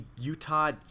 Utah